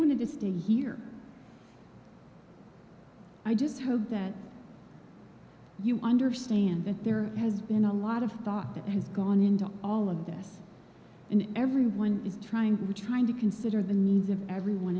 wanted to stay here i just hope that you understand that there has been a lot of thought that has gone into all of this and everyone is trying to trying to consider the needs of everyone